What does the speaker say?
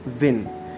win